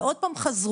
ועוד פעם חזרו.